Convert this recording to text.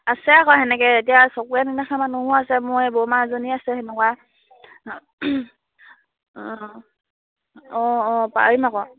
আছে আকৌ সেনেকৈ এতিয়া চকুৰে নেদেখা মানুহো আছে মই এই বৰমা এজনী আছে সেনেকুৱা অঁ অঁ অঁ অঁ পাৰিম আকৌ